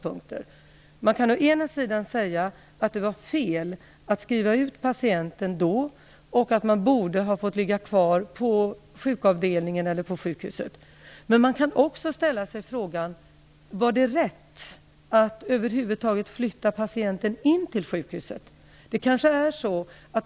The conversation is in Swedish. Man kan säga att det var fel att skriva ut patienten då och att patienten borde ha fått ligga kvar på sjukavdelningen eller på sjukhuset. Men man kan också ställa sig frågan: Var det rätt att över huvud taget flytta patienten till sjukhuset?